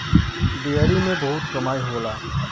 dairy में बहुत कमाई होला